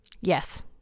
Yes